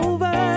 Over